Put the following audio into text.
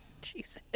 Jesus